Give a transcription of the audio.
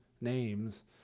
names